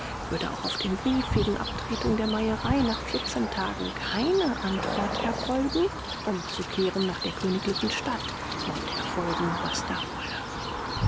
würde auch auf den brief wegen abtretung der meierei nach vierzehn tagen keine antwort erfolgen umzukehren nach der königlichen stadt möchte erfolgen was da wolle